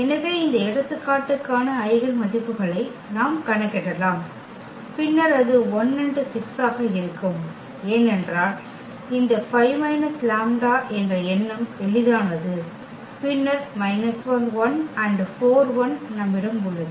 எனவே இந்த எடுத்துக்காட்டுக்கான ஐகென் மதிப்புகளை நாம் கணக்கிடலாம் பின்னர் அது 1 6 ஆக இருக்கும் ஏனென்றால் இந்த 5 மைனஸ் லாம்ப்டா என்ற எண்ணம் எளிதானது பின்னர் நம்மிடம் உள்ளது